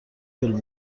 طول